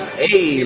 hey